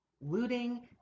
looting